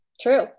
True